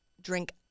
drink